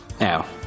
now